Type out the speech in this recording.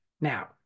Now